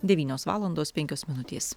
devynios valandos penkios minutės